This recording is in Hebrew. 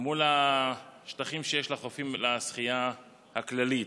מול השטחים שיש לחופים לשחייה הכללית.